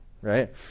Right